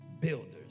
builders